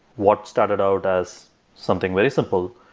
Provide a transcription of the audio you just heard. what started out as something very simple,